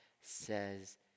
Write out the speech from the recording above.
says